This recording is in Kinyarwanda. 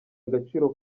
agaciro